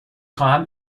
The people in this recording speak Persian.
خواهم